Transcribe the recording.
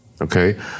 okay